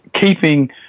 keeping